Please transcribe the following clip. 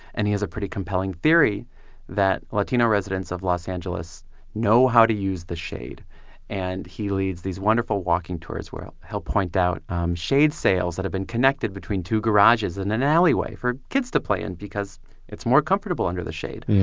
and he has a pretty compelling theory that latino residents of los angeles know how to use the shade and he leads these wonderful walking tours where he'll point out shade sails that have been connected between two garages and an alleyway for kids to play in because it's more comfortable under the shade. yeah